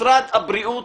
משרד הבריאות